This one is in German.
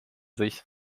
sich